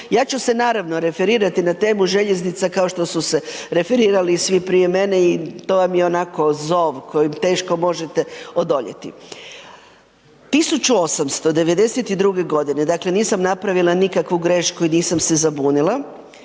Ja ću se naravno referirati na temu željeznica kao što su se referirali svi prije mene i to vam je onako zov kojem teško možete odoljeti. 1892. godine dakle nisam napravila nikakvu grešku i nisam se zabunila,